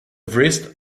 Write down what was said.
wrist